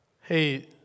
Hey